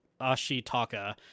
Ashitaka